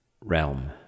realm